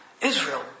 Israel